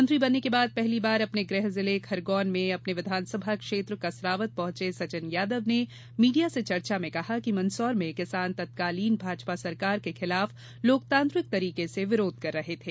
मंत्री बनने के बाद पहली बार अपने गृह जिले खरगोन में अपने विधानसभा क्षेत्र कसरावद पहुंचे सचिन यादव ने मीडिया से चर्चा मे कहाँ की मंदसौर में किसान तत्कालीन भाजपा सरकार के खिलाफ लोकतांत्रिक तरीके से विरोध कर रहे थे